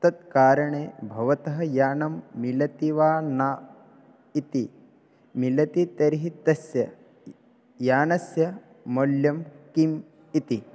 तत्कारणात् भवतः यानं मिलति वा न इति मिलति तर्हि तस्य यत् यानस्य मूल्यं किम् इति